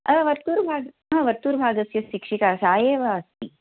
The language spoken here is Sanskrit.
वर्त्तूर्भागः हा वर्त्तूर्भागस्य शिक्षिका सा एव अस्ति